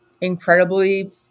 incredibly